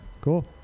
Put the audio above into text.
cool